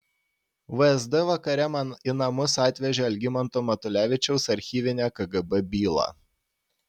vsd vakare man į namus atvežė algimanto matulevičiaus archyvinę kgb bylą